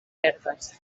herbes